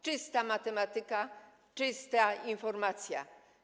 Czysta matematyka, czysta informacja.